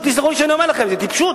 תסלחו לי שאני אומר לכם, זו טיפשות.